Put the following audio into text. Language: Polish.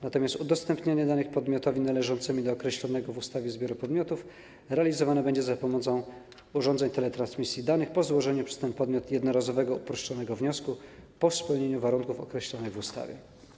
Natomiast udostępnienie danych podmiotowi należącemu do określonego w ustawie zbioru podmiotów realizowane będzie za pomocą urządzeń teletransmisji danych po złożeniu przez ten podmiot jednorazowego uproszczonego wniosku po spełnieniu warunków określonych w ustawie.